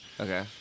Okay